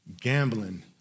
gambling